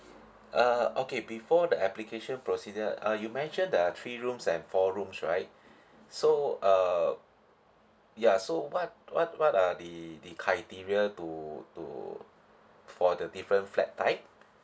err okay before the application procedure uh you mentioned there are three rooms and four rooms right so err yeah so what what what are the the criteria to to for the different flat type